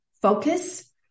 focus